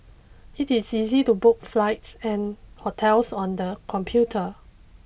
it is easy to book flights and hotels on the computer